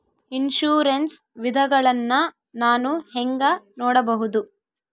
Insurance ವಿಧಗಳನ್ನ ನಾನು ಹೆಂಗ ನೋಡಬಹುದು?